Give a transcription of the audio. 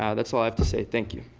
yeah that's all i have to say. thank you.